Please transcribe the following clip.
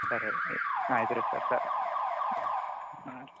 ಸರಿ ರೀ ಆಯ್ತು ರೀ ಸರ್ ಸ ಹಾಂ ರೀ